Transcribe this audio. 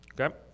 Okay